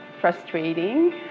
frustrating